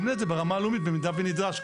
הוא ימנה את זה ברמה הלאומית במידה ונדרש.